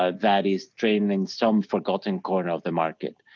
ah that is trading in some forgotten corner of the market.